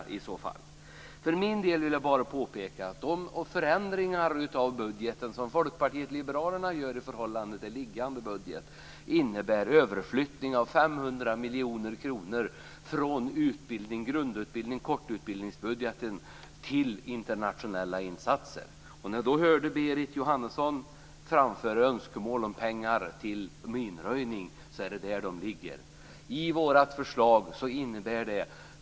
För min del vill jag bara påpeka att de förändringar av budgeten som Folkpartiet liberalerna gör i förhållande till den framlagda budgeten innebär överflyttning av 500 miljoner kronor från grundutbildnings och kortutbildningsbudgeten till internationella insatser. Jag hörde Berit Jóhannesson framföra önskemål om pengar till minröjning, och det är där de ligger.